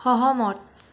সহমত